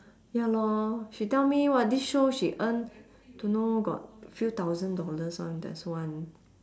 ya lor she tell me what this show she earn don't know got few thousand dollars [one] there's one